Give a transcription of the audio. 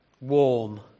warm